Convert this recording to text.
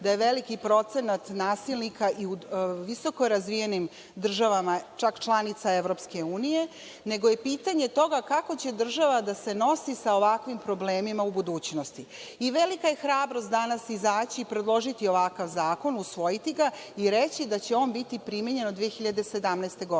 da je veliki procenat nasilnika i u visokorazvijenim državama, članicama Evropske unije, nego je pitanje toga kako će država da se nosi sa ovakvim problemima u budućnosti. Velika je hrabrost danas izaći i predložiti ovakav zakon, usvojiti ga i reći da će on biti primenjen od 2017. godine.